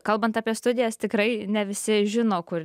kalbant apie studijas tikrai ne visi žino kur